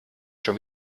schon